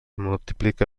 multiplica